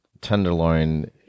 Tenderloin